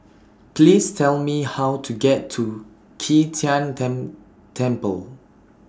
Please Tell Me How to get to Qi Tian Tan Temple